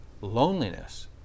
loneliness